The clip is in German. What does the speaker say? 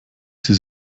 sie